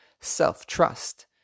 self-trust